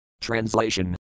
Translation